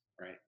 right